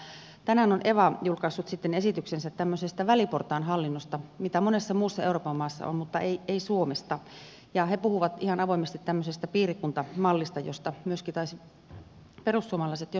tänään on eva julkaissut esityksensä väliportaan hallinnosta jota monessa muussa euroopan maassa on mutta ei suomessa ja he puhuvat ihan avoimesti tämmöisestä piirikuntamallista jota myöskin taisivat perussuomalaiset jossain vaiheessa esittää